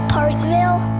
Parkville